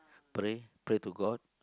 pray pray to god